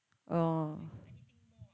oh